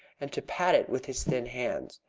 and to pat it with his thin hands.